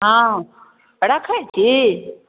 हँ रखैत छी